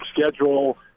schedule